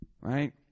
right